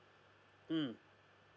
mm